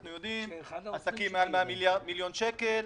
אנחנו יודעים על עסקים מעל 100 מיליון שקל,